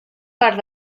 part